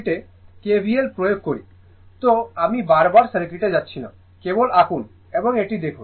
সুতরাং আমি বারবার সার্কিটে যাচ্ছি না কেবল আঁকুন এবং এটি দেখুন